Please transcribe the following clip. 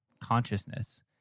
consciousness